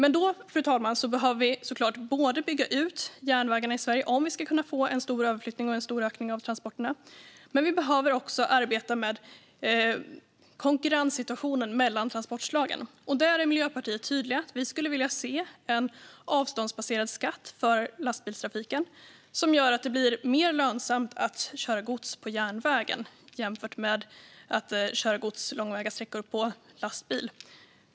Vi behöver såklart bygga ut järnvägen i Sverige om vi ska få en stor överflyttning och en stor ökning av transporterna. Vi behöver också arbeta med konkurrenssituationen mellan transportslagen, och här är Miljöpartiet tydligt. Vi vill se en avståndsbaserad skatt för lastbilstrafiken som gör det mer lönsamt att köra gods på järnväg än att köra gods långväga sträckor på lastbil.